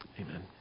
amen